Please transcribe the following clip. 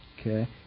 Okay